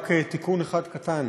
רק תיקון אחד קטן: